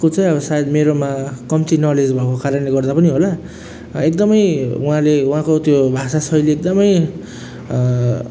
को चाहिँ अब सायद मेरोमा कम्ती नलेज भएको कारणले गर्दा पनि होला एकदमै उहाँले उहाँको त्यो भाषाशैली एकदमै